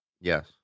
Yes